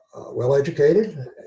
well-educated